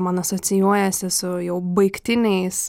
man asocijuojasi su jau baigtiniais